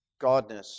godness